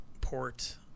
port